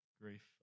grief